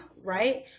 right